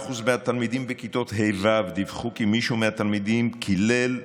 ש-43% מהתלמידים בכיתות ה-ו דיווחו כי מישהו מהתלמידים קילל,